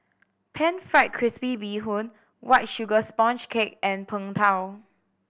Pan Fried Crispy Bee Hoon White Sugar Sponge Cake and Png Tao